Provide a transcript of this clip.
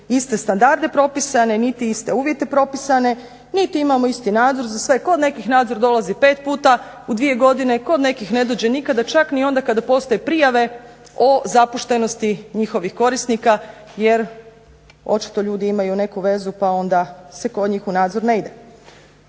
iste standarde propisane, niti iste uvjete propisane, niti imamo isti nadzor za sve. Kod nekih nadzor dolazi 5 puta u 2 godine, kod nekih ne dođe nikada čak ni onda kada postoje prijave o zapuštenosti njihovih korisnika jer očito ljudi imaju neku vezu pa onda se kod njih u nadzor ne ide.